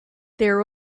their